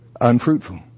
unfruitful